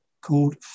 called